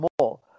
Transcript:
more